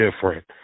different